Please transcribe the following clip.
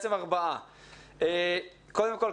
קודם כל,